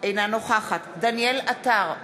אינה נוכחת דניאל עטר,